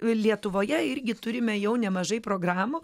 lietuvoje irgi turime jau nemažai programų